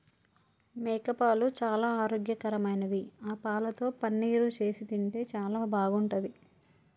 మేకపాలు చాలా ఆరోగ్యకరమైనవి ఆ పాలతో పన్నీరు చేసి తింటే చాలా బాగుంటది